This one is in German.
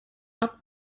hatten